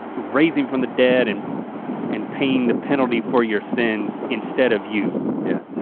raising from the dead and and paying the penalty for your sins instead of you. yeah.